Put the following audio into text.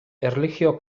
erlijio